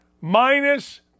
minus